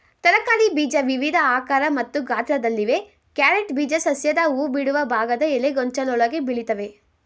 ತರಕಾರಿ ಬೀಜ ವಿವಿಧ ಆಕಾರ ಮತ್ತು ಗಾತ್ರದಲ್ಲಿವೆ ಕ್ಯಾರೆಟ್ ಬೀಜ ಸಸ್ಯದ ಹೂಬಿಡುವ ಭಾಗದ ಎಲೆಗೊಂಚಲೊಳಗೆ ಬೆಳಿತವೆ